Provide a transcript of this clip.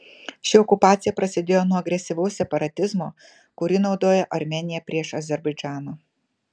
ši okupacija prasidėjo nuo agresyvaus separatizmo kurį naudojo armėnija prieš azerbaidžaną